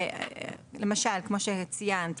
כמו שציינת,